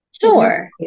sure